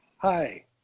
Hi